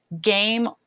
game